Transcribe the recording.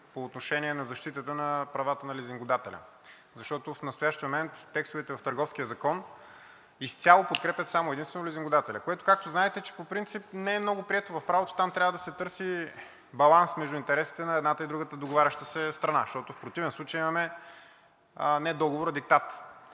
по отношение на защитата на правата на лизингодателя? Защото в настоящия момент текстовете в Търговския закон изцяло подкрепят само и единствено лизингодателя, което, както знаете, че по принцип не е много прието в правото. Там трябва да се търси баланс между интересите на едната и другата договаряща се страна, защото в противен случай имаме не договор, а диктат.